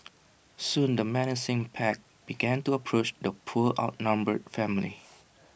soon the menacing pack began to approach the poor outnumbered family